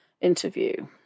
interview